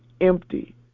empty